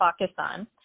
Pakistan